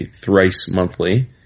thrice-monthly